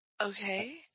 okay